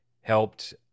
helped